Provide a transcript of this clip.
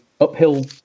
uphill